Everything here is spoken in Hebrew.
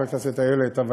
חברת הכנסת איילת,